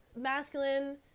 Masculine